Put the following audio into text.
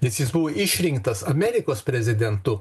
nes jis buvo išrinktas amerikos prezidentu